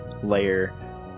layer